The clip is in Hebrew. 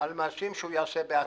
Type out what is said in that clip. על מעשים שהוא יעשה בעתיד.